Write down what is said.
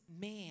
man